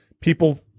people